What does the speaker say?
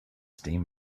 steam